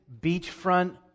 beachfront